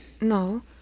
No